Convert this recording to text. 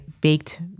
baked